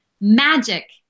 magic